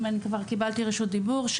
אם כבר קיבלתי רשות דיבור,